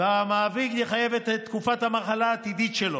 והמעביד יחייב את תקופת המחלה העתידית שלו.